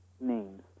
names